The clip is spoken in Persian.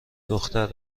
دختر